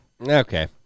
Okay